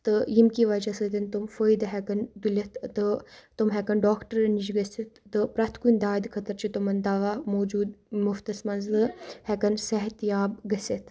تہٕ ییٚمہِ کہِ وجہ سۭتۍ تِم فٲیدٕ ہیٚکَن تُلِتھ تہٕ تِم ہیٚکَن ڈاکٹرن نِش گٔژھِتھ تہٕ پرٛٮ۪تھ کُنہِ دادِ خٲطرٕ چھِ تِمَن دَوا موجوٗد مُفتَس منٛز ہیٚکَن صحتہِ یاب گٔژھِتھ